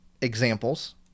examples